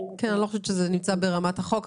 אני לא חושבת שזה נמצא ברמת החוק,